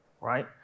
right